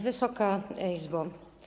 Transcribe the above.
Wysoka Izbo!